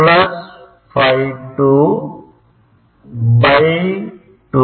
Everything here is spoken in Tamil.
பிளஸ் Φ 2 2